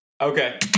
Okay